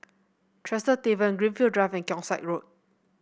Tresor Tavern Greenfield Drive and Keong Saik Road